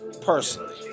Personally